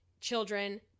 children